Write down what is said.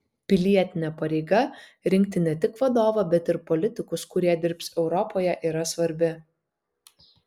pilietinė pareiga rinkti ne tik vadovą bet ir politikus kurie dirbs europoje yra svarbi